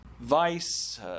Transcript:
vice